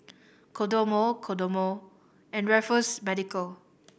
Kodomo Kodomo and Raffles Medical